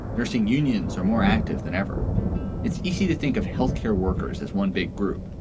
nursing unions are more active than ever it's easy to think of health care workers as one big group,